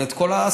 ואת כל הסיפור,